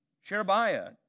Sherebiah